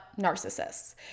narcissists